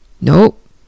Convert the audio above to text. nope